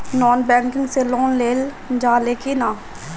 Non banking से loan लेल जा ले कि ना?